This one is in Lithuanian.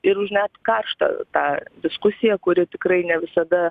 ir už net karštą tą diskusiją kuri tikrai ne visada